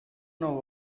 know